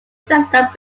chestnut